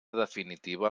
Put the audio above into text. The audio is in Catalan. definitiva